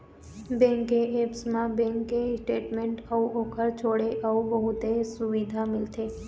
bank के apps म bank के स्टेटमेंट अउ ओखर छोड़े अउ बहुते सुबिधा मिलथे